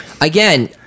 Again